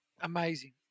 Amazing